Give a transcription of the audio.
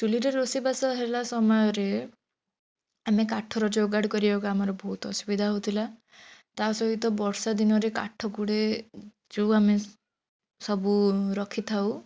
ଚୂଲିରେ ରୋଷେଇବାସ ହେଲା ସମୟରେ ଆମେ କାଠର ଯୋଗାଡ଼ କରିବାକୁ ଆମର ବହୁତ ଅସୁବିଧା ହେଉଥିଲା ତା'ସହିତ ବର୍ଷା ଦିନରେ କାଠ ଗୁଡ଼େ ଯେଉଁ ଆମେ ସବୁ ରଖିଥାଉ